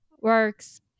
works